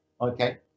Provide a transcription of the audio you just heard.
okay